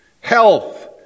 health